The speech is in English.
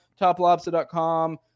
toplobster.com